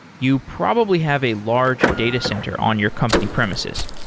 you probably have a large data center on your company premises.